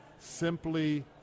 Simply